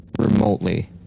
remotely